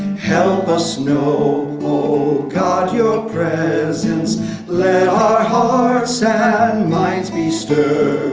help us know, o god, your presence let our hearts and minds be stirred.